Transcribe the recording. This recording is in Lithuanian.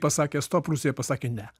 pasakė stop rusija pasakė ne